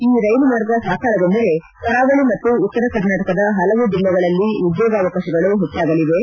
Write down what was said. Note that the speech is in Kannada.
ಈ ರೈಲು ಮಾರ್ಗ್ ಸಾಕಾರಗೊಂಡರೆ ಕರಾವಳಿ ಮತ್ತು ಉತ್ತರ ಕರ್ನಾಟಕದ ಪಲವು ಜಿಲ್ಲೆಗಳಲ್ಲಿ ಉದ್ಯೋಗಾವಕಾಶಗಳು ಹೆಚ್ಚಾಗಲಿವೆ